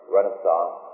Renaissance